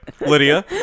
Lydia